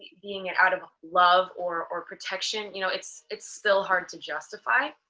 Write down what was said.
being it out of ah love or or protection you know it's it's still hard to justify.